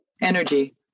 energy